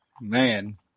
Man